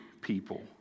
people